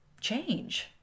change